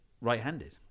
right-handed